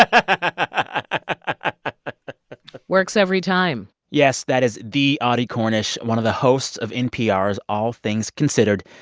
ah ah works every time yes. that is the audie cornish, one of the host of npr's all things considered.